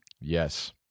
Yes